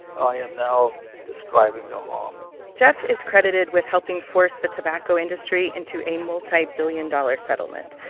i am now describing the harm jeff is credited with helping force the tobacco industry into a multibillion-dollar settlement,